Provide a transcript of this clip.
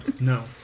No